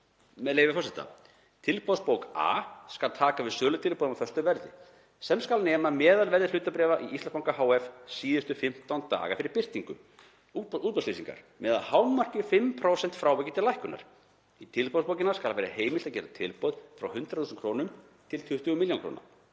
með leyfi forseta: „Tilboðsbók A skal taka við sölutilboðum á föstu verði, sem skal nema meðalverði hlutabréfa í Íslandsbanka hf. síðustu 15 daga fyrir birtingu útboðslýsingar, með að hámarki 5% fráviki til lækkunar. Í tilboðsbókina skal vera heimilt að gera tilboð frá 100.000 kr. að 20.000.000 kr.